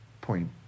point